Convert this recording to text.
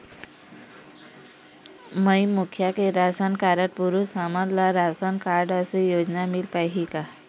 माई मुखिया के ration card म पुरुष हमन ला राशन कारड से योजना मिल पाही का?